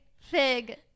fig